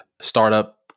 startup